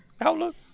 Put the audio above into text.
outlook